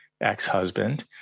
ex-husband